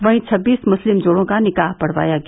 वहीं छब्बीस मुस्लिम जोड़ो का निकाह पढ़वाया गया